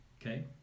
okay